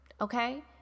okay